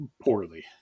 poorly